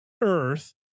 earth